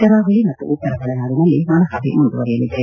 ಕರಾವಳಿ ಮತ್ತು ಉತ್ತರ ಒಳನಾಡಿನಲ್ಲಿ ಒಣಹವೆ ಮುಂದುವರಿಯಲಿದೆ